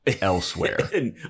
elsewhere